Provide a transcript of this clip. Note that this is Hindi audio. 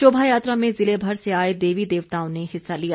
शोभा यात्रा में जिले भर से आए देवी देवताओं ने हिस्सा लिया